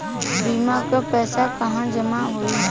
बीमा क पैसा कहाँ जमा होई?